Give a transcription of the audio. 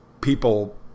people